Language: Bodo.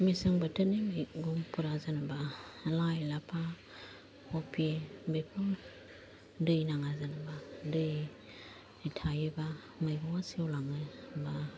मेसें बोथोरनि मैगंफोरा जेनोबा लाइ लाफा खफि बेफोर दै नाङा जेन'बा दै थायोब्ला मैगंआ सेवलाङै एबा